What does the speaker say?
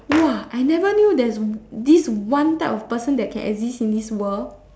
[wah] I never knew there's this one type of this person that can exist in this world